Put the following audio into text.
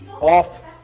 off